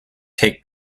take